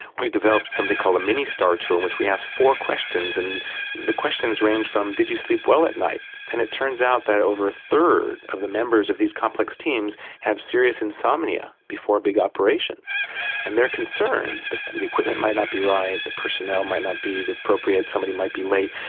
we developed something called a ministar tool in which we ask four questions and the questions range from did you sleep well at night and it turns out that over a third of the members of these complex teams have serious insomnia before a big operation and they're concerned the the equipment might not be right, the personnel might not be appropriate, somebody might be late.